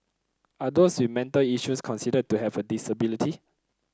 are those with mental issues considered to have a disability